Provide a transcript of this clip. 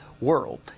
world